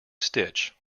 stitch